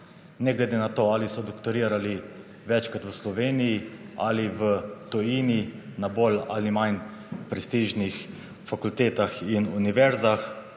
Ne glede na to ali so doktorirali večkrat v Sloveniji ali v tujini, na bolj ali manj prestižnih fakultetah in univerzah,